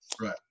Right